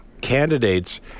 candidates